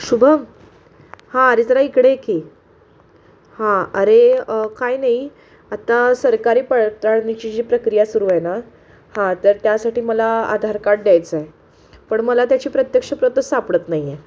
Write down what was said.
शुभम हां अरे जरा इकडे ये की हां अरे काय नाही आत्ता सरकारी पडताळणीची जी प्रक्रिया सुरू आहे ना हां तर त्यासाठी मला आधार कार्ड द्यायचं आहे पण मला त्याची प्रत्यक्ष प्रतच सापडत नाही आहे